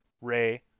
Ray